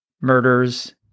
murders